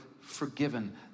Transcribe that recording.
forgiven